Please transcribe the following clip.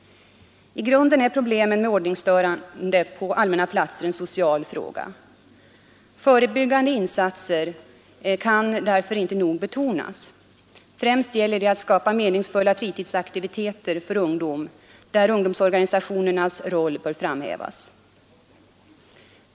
I grunden är problem med ordningsstörning på allmänna plat social fråga. Förebyggande insatser kan därför inte nog betonas. Främst gäller det att skapa meningsfulla fritidsaktiviteter för ungdom, varvid ungdomsorganisationernas roll bör framhävas.